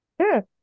Sure